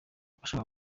abashaka